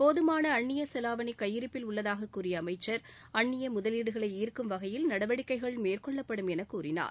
போதமான அன்னிய செலாவணி கையிருப்பில் உள்ளதாக கூறிய அமைச்சா அன்னிய முதலீடுகளை ஈர்க்கும் வகையில் நடவடிக்கைகள் மேற்கொள்ளப்படும் என கூறினார்